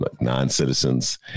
non-citizens